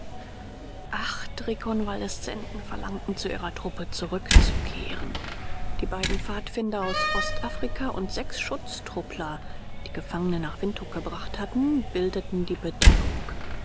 acht rekonvaleszenten verlangten zu ihrer truppe zurückzukehren die beiden pfadfinder aus ostafrika und sechs schutztruppler die gefangene nach windhuk gebracht hatten bildeten die